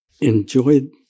Enjoyed